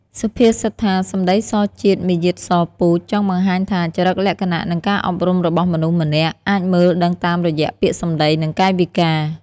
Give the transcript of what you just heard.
សុភាសិតថា «សម្ដីសជាតិ មារយាទសពូជ»ចង់បង្ហាញថា ចរិតលក្ខណៈ និងការអប់រំរបស់មនុស្សម្នាក់ អាចមើលដឹងតាមរយៈពាក្យសម្ដី និងកាយវិការ។